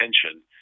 attention